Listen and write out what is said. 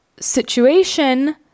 situation